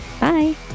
Bye